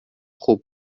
خوب